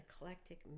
eclectic